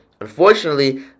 Unfortunately